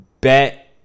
bet